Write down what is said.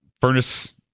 furnace